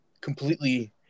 completely